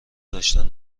داشتن